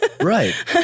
Right